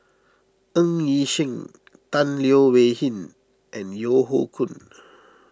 Ng Yi Sheng Tan Leo Wee Hin and Yeo Hoe Koon